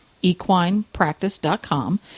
equinepractice.com